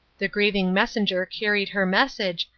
the grieving messenger carried her message,